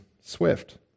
swift